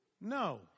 No